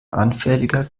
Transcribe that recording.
anfälliger